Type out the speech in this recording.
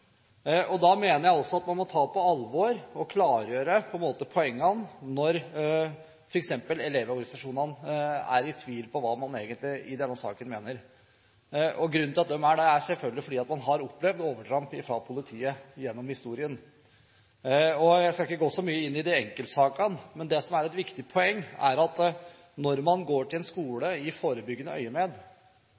man må ta på alvor og klargjøre poengene når f.eks. elevorganisasjonene er i tvil om hva man egentlig mener i denne saken. Grunnen til at de kan være det, er selvfølgelig at man gjennom historien har opplevd overtramp fra politiets side. Jeg skal ikke gå mye inn i enkeltsakene. Men det som er et viktig poeng, er at når man går til en skole i det øyemed